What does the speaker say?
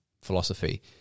philosophy